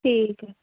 ਠੀਕ ਹੈ